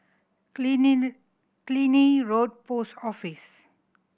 Killiney Killiney Road Post Office